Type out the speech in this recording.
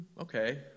Okay